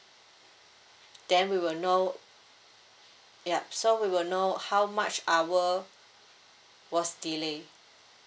then we will know yup so we will know how much hour was delay